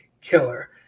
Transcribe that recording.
killer